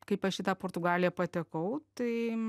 kaip aš į tą portugaliją patekau tai